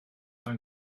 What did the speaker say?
ein